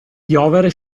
piovere